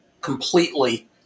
completely